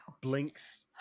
Blinks